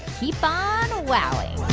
keep on wowing